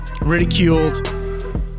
ridiculed